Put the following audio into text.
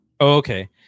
Okay